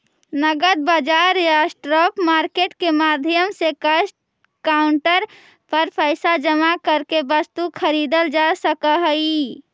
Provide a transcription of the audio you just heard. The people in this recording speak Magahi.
नगद बाजार या स्पॉट मार्केट के माध्यम से कैश काउंटर पर पैसा जमा करके वस्तु खरीदल जा सकऽ हइ